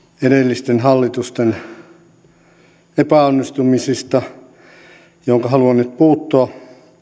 edellisten hallitusten epäonnistumisista johonka haluan nyt puuttua